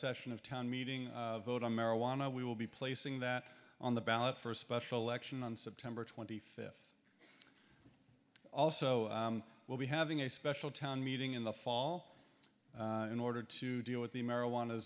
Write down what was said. session of town meeting vote on marijuana we will be placing that on the ballot for a special election on september twenty fifth also will be having a special town meeting in the fall in order to deal with the marijuana